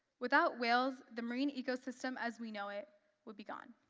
without whales, the marine ecosystem as we know it would be gone.